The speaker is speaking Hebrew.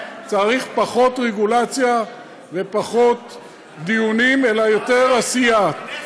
צריך פחות רגולציה ופחות דיונים, יותר עשייה.